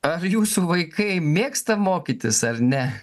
ar jūsų vaikai mėgsta mokytis ar ne